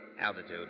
Altitude